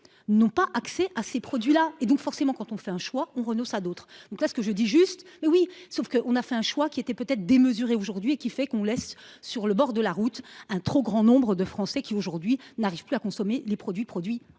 n'ont pas accès à ces produits-là et donc forcément quand on fait un choix on renonce à d'autres. Donc là ce que je dis juste. Oui, sauf qu'on a fait un choix qui était peut-être démesuré aujourd'hui et qui fait qu'on laisse sur le bord de la route, un trop grand nombre de Français qui aujourd'hui n'arrive plus à consommer les produits produits en France,